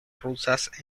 rusas